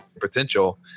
potential